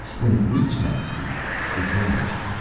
when it reached that speed it vanished.